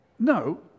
No